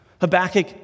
Habakkuk